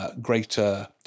greater